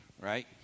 right